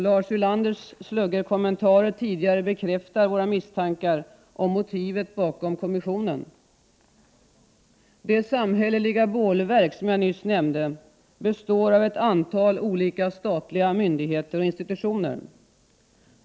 Lars Ulanders sluggerkommentarer tidigare bekräftar våra misstankar om motivet bakom kommissionen. Det samhälleliga bålverk jag nyss nämnde består av ett antal statliga myndigheter och institutioner.